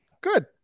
Good